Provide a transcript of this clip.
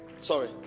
sorry